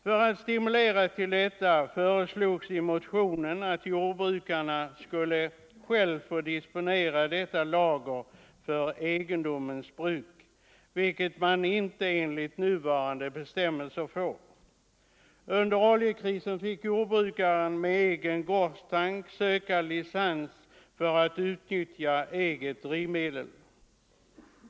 För att stimulera till detta föreslogs i motionen att jordbrukarna skulle själva få disponera dessa lager för egendomens bruk, vilket de inte får enligt nuvarande bestämmelser. Under oljekrisen måste jordbruk med egen gårdstank söka licens för att utnyttja egna drivmedel.